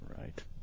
right